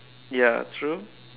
ya true